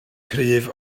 cryf